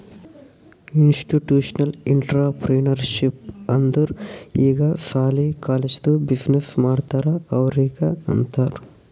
institutional entrepreneurship ಅಂದುರ್ ಈಗ ಸಾಲಿ, ಕಾಲೇಜ್ದು ಬಿಸಿನ್ನೆಸ್ ಮಾಡ್ತಾರ ಅವ್ರಿಗ ಅಂತಾರ್